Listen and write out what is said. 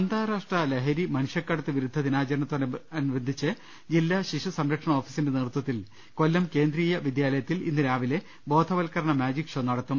അന്താരാഷ്ട്ര ലഹരി മനുഷ്യക്കടത്ത് വിരുദ്ധ ദിനാചരണത്തോടനുബ ന്ധിച്ച് ജില്ലാ ശിശു സംരക്ഷണ ഓഫീസിന്റെ നേതൃത്വത്തിൽ കൊല്ലം കേന്ദ്രീയ വിദ്യാലയത്തിൽ ഇന്ന് രാവിലെ ബോധവൽക്കരണ മാജിക്ഷോ നടത്തും